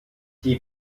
die